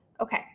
Okay